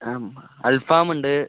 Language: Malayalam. അൽഫാമുണ്ട്